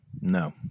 No